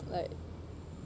like